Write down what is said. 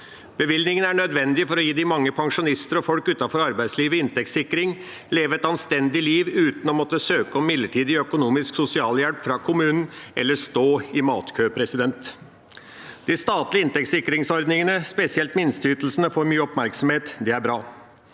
Bevilgningen er nødvendig for å gi de mange pensjonister og folk utenfor arbeidslivet inntektssikring og et anstendig liv uten å måtte søke om midlertidig økonomisk sosialhjelp fra kommunen eller stå i matkø. De statlige inntektssikringsordningene, spesielt minsteytelsene, får mye oppmerksomhet. Det er bra.